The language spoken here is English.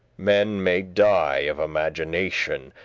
men may die of imagination,